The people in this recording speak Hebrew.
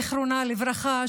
זיכרונה לברכה,